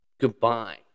goodbye